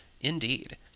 indeed